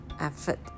effort